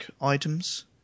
items